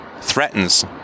threatens